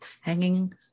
hanging